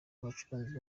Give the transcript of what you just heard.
abacuranzi